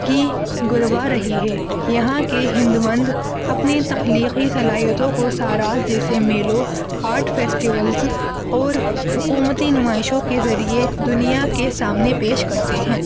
کی گربا رہی ہے یہاں کے ہند مند اپنی تخلیقی صلاحیتوں کو ساراس جیسے میلوں آرٹ فیسٹیولس اور حکومتی نمائشوں کے ذریعے دنیا کے سامنے پیش کرتے ہیں